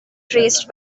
traced